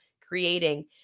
creating